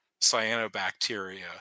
cyanobacteria